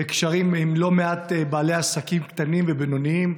בקשרים עם לא מעט בעלי עסקים קטנים ובינוניים.